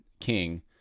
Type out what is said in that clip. king